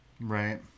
Right